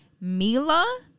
Mila